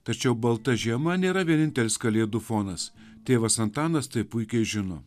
tačiau balta žiema nėra vienintelis kalėdų fonas tėvas antanas tai puikiai žino